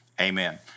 amen